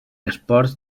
esports